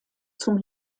zum